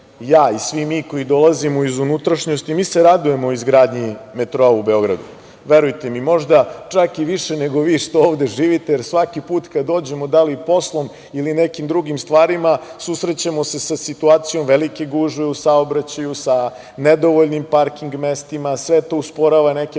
ja i svi mi koji dolazimo iz unutrašnjosti, mi se radujemo izgradnji metroa u Beogradu. Verujte mi. Možda, čak i više nego vi što ovde živite, jer svaki put kada dođemo da li poslom, ili nekim drugim stvarima, susrećemo se sa situacijom, velike gužve u saobraćaju, sa nedovoljnim parking mestima, sve to usporava neke procese. Ljudi